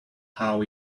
how